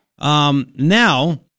Now